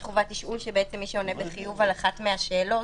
תשאול שמי שעונה בחיוב על אחת השאלות,